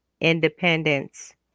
independence